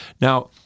Now